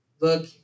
look